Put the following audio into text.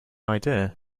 idea